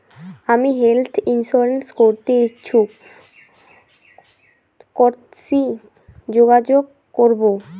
আমি health insurance করতে ইচ্ছুক কথসি যোগাযোগ করবো?